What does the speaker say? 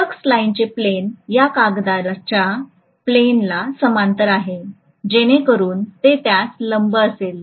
flux लाइनचे plane या कागदाच्या प्लेनला समांतर आहे जेणेकरून ते त्यास लंब असेल